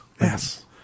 Yes